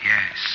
Yes